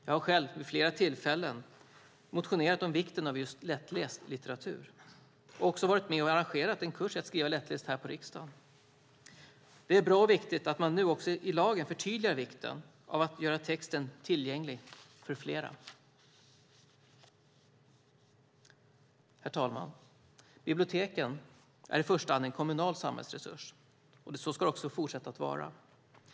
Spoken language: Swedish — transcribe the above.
Jag har själv vid flera tillfällen motionerat om vikten av lättläst litteratur och också varit med och arrangerat en kurs i att skriva lättläst här på riksdagen. Det är bra och viktigt att man nu också i lagen förtydligar vikten av att göra text tillgänglig för fler. Herr talman! Biblioteken är i första hand en kommunal samhällsresurs, och så ska det också fortsätta att vara.